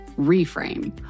reframe